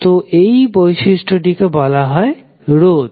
তো এই বৈশিষ্ট্যটিকে বলা হয় রোধ